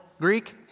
Greek